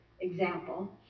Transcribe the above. example